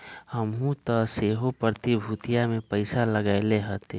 हमहुँ तऽ सेहो प्रतिभूतिय में पइसा लगएले हती